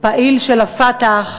פעיל של ה"פתח".